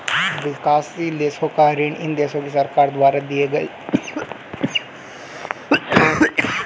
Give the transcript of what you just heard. विकासशील देशों का ऋण इन देशों की सरकार द्वारा लिए गए बाहरी ऋण को संदर्भित करता है